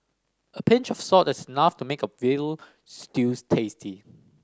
a pinch of salt is enough to make a veal stew tasty